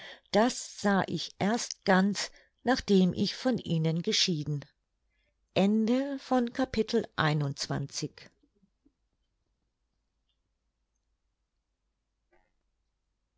das sah ich erst ganz nachdem ich von ihnen geschieden